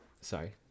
Sorry